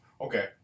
Okay